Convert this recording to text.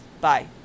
Bye